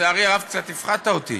לצערי הרב, קצת הפחדת אותי.